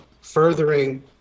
furthering